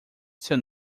seu